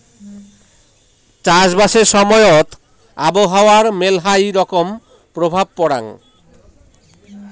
চাষবাসের সময়ত আবহাওয়ার মেলহাই রকম প্রভাব পরাং